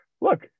look